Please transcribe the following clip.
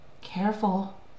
Careful